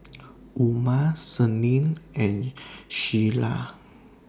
Umar Senin and Syirah